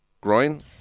groin